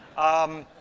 um.